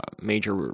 major